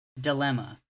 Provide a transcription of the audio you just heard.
dilemma